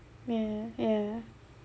ya ya